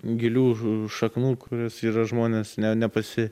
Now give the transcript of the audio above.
gilių šaknų kurios yra žmonės ne nepasi